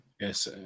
Yes